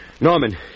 Norman